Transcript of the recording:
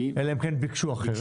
אלא אם כן ביקשו אחרת.